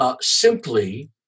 simply